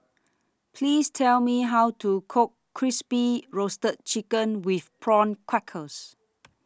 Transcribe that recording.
Please Tell Me How to Cook Crispy Roasted Chicken with Prawn Crackers